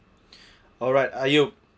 alright ayub